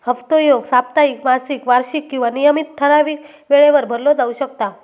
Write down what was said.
हप्तो ह्यो साप्ताहिक, मासिक, वार्षिक किंवा नियमित ठरावीक वेळेवर भरलो जाउ शकता